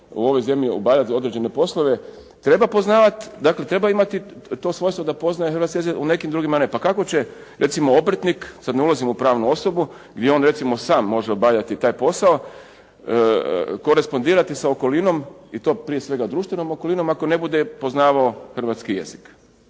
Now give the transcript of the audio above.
u ovoj zemlji obavljati određene poslove, treba poznavati, dakle treba imati to svojstvo da poznaje hrvatski jezik, u nekim drugima ne. Pa kako će, recimo obrtnik, sad ne ulazimo u pravnu osobu, gdje on recimo sam može obavljati taj posao, korespondirati sa okolinom i to prije svega društvenom okolinom ako ne bude poznavao hrvatski jezik?